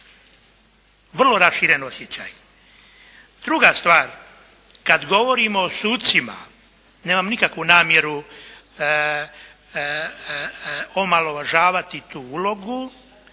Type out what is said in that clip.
vrlo raširen osjećaj. Druga stvar, kad govorimo o sucima nemam nikakvu namjeru omalovažavati tu ulogu